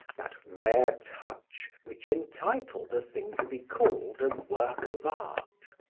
that rare touch which entitled a thing to be called a work of art.